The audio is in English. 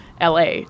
LA